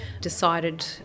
decided